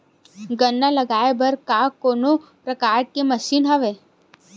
गन्ना लगाये बर का कोनो प्रकार के मशीन हवय?